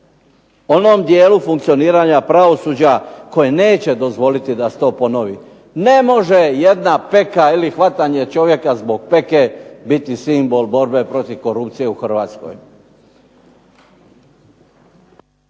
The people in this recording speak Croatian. onom dijelu funkcioniranja pravosuđa koje neće dozvoliti da se to ponovi. Ne može jedna peka ili hvatanje čovjeka zbog peke biti simbol borbe protiv korupcije u Hrvatskoj.